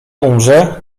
umrze